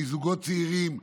מזוגות צעירים,